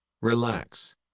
Relax